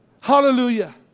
Hallelujah